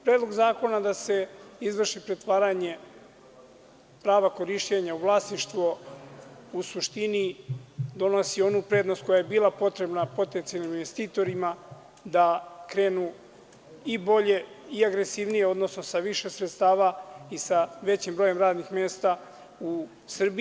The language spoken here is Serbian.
Predlog zakona da se izvrši pretvaranje prava korišćenja u vlasništvo u suštini donosi onu prednost koja je bila potrebna potencijalnim investitorima da krenu i bolje i agresivnije, odnosno sa više sredstava i sa većim brojem radnih mesta u Srbiji.